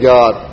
God